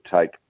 take